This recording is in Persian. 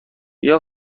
بیا